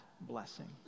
blessing